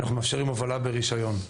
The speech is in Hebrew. אנחנו מאפשרים הובלה ברישיון,